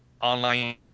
online